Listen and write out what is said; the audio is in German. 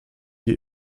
die